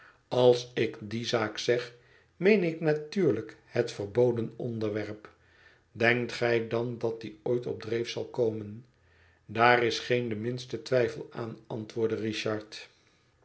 als ik die zaak zeg meen ik natuurlijk het verboden onderwerp denkt gij dan dat die ooit op dreef zal komen daar is geen de minste twijfel aan antwoordde richard